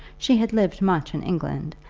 she had lived much in england,